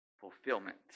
fulfillment